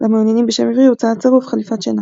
למעוניינים בשם עברי הוצע הצירוף "חליפת שינה".